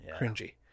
Cringy